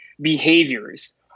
behaviors